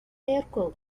يركض